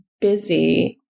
busy